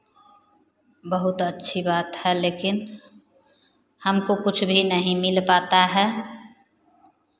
बहुत अच्छी बात है लेकिन हमको कुछ भी नहीं मिल पाता है